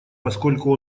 поскольку